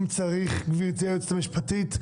גברתי היועצת המשפטית,